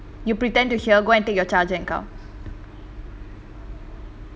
you pretend to hear go and take your charger and come